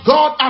God